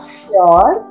sure